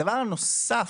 הדבר הנוסף,